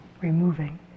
removing